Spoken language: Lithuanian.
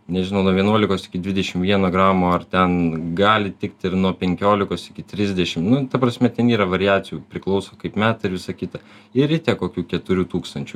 nežinau nuo vienuolikos iki dvidešimt vieno gramo ar ten gali tikti ir nuo penkiolikos iki trisdešimt nu ta prasme ten yra variacijų priklauso kaip meta ir visa kita ir rite kokių keturių tūkstančių